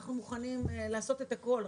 אנחנו מוכנים לעשות הכול,